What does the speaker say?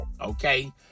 okay